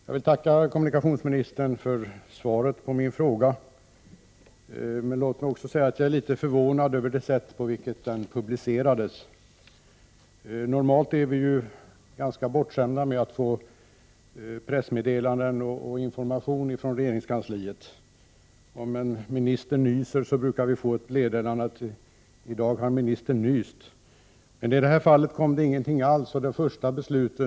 Herr talman! Jag vill tacka kommunikationsministern för svaret på min fråga. Låt mig också säga att jag är litet förvånad över det sätt på vilket regeringsbeslutet publicerades. Normalt är vi ju ganska bortskämda med att få pressmeddelanden och information från regeringskansliet. Om en minister nyser brukar vi få ett meddelande om det. Men i detta fall kom inget meddelande alls.